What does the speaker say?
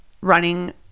running